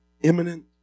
imminent